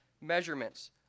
measurements